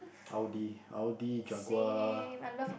Audi Audi Jaguar